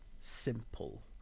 simple